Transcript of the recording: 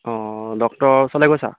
অঁ ডক্তৰ ওচৰলৈ গৈছা